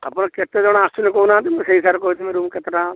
ଆପଣ କେତେଜଣ ଆସୁଛନ୍ତି କହୁନାହାଁନ୍ତି ମୁଁ ସେଇ ହିସାବରେ କହିଥିମି ରୁମ୍ କେତେ ଟଙ୍କା